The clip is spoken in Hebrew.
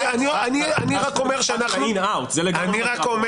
אני רק אומר